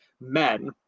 men